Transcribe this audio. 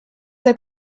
eta